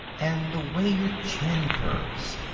and the way your chin curves.